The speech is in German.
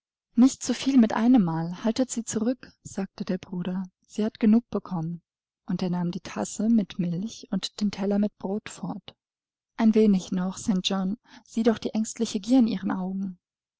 nicht zu viel mit einemmal haltet sie zurück sagte der bruder sie hat genug bekommen und er nahm die tasse mit milch und den teller mit brot fort ein wenig noch st john sieh doch die ängstliche gier in ihren augen